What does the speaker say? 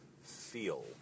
feel